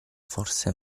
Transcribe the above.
forse